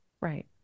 right